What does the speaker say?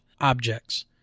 objects